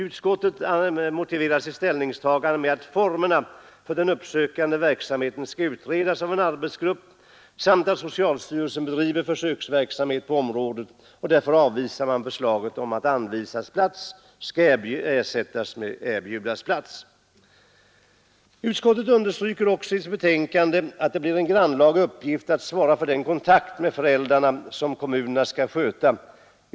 Utskottet motiverar sitt ställningstagande med att formerna för den uppsökande verksamheten skall utredas av en arbetsgrupp samt att socialstyrelsen bedriver försöksverksamhet på området. Därför avvisar man förslaget om att ”anvisas plats” skall ersättas med ”erbjudas plats”. Utskottet understryker i sitt betänkande att det blir en grannlaga uppgift att svara för den kontakt med föräldrarna som kommunerna skall sköta.